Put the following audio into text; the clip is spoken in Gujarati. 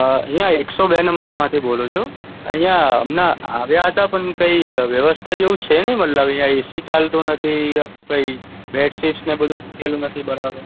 અહીં એકસો બે નંબર માંથી બોલું છું અહીં હમણાં આવ્યા હતા પણ કંઇ વ્યવસ્થા જેવું છે નહીં મતલબ અહીં એસી ચાલતું નથી પછી બેડસીટ્સને બધું મૂકેલું નથી બરાબર